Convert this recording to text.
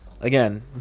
again